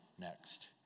next